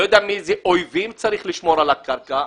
לא יודע מאיזה אויבים צריך לשמור על הקרקע,